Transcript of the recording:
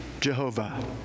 Jehovah